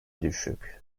düşük